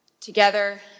together